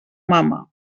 mama